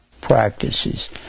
practices